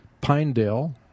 Pinedale